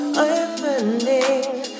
opening